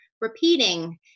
repeating